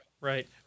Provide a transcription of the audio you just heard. right